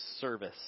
service